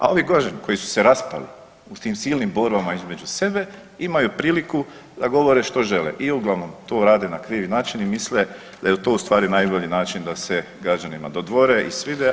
A ovi kažem koji su se raspali u tim silnim borbama između sebe imaju priliku da govore što žele i uglavnom to rade na krvi način i misle da je to u stvari najbolji način da se građanima dodvore i svide.